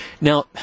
Now